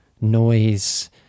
noise